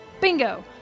Bingo